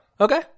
Okay